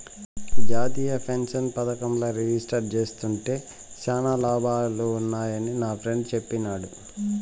జాతీయ పెన్సన్ పదకంల రిజిస్టర్ జేస్కుంటే శానా లాభాలు వున్నాయని నాఫ్రెండ్ చెప్పిన్నాడు